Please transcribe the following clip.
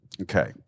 okay